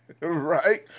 Right